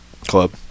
Club